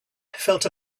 felt